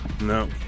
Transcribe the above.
No